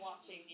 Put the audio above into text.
watching